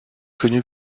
connu